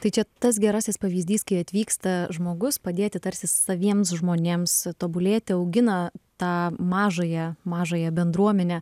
tai čia tas gerasis pavyzdys kai atvyksta žmogus padėti tarsi saviems žmonėms tobulėti augina tą mažąją mažąją bendruomenę